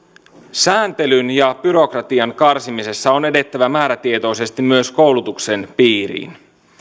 sääntelyn ja byrokratian karsimisessa on edettävä määrätietoisesti myös koulutuksen piiriin